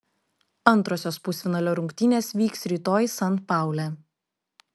antrosios pusfinalio rungtynės vyks rytoj san paule